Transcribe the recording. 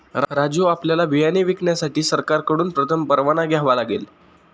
राजू आपल्याला बियाणे विकण्यासाठी सरकारकडून प्रथम परवाना घ्यावा लागेल